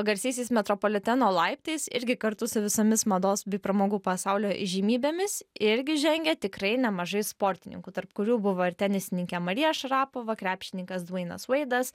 garsiaisiais metropoliteno laiptais irgi kartu su visomis mados bei pramogų pasaulio įžymybėmis irgi žengė tikrai nemažai sportininkų tarp kurių buvo ir tenisininkė marija šarapova krepšininkas dveinas veidas